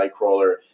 Nightcrawler